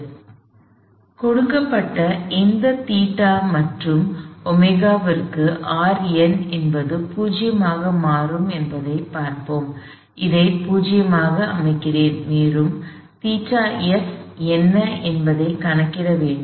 எனவே கொடுக்கப்பட்ட எந்த ϴ மற்றும் ωi க்கு Rn என்பது 0 ஆக மாறும் என்பதைப் பார்ப்போம் எனவே இதை 0 ஆக அமைக்கிறேன் மேலும் ϴf என்ன என்பதைக் கணக்கிட வேண்டும்